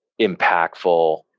impactful